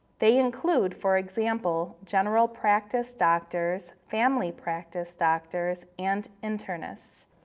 they include, for example, general practice doctors, family practice doctors, and internists.